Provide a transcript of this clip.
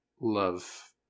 love